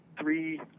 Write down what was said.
three